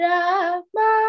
Rama